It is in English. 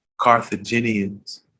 Carthaginians